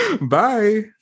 Bye